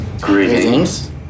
Greetings